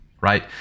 right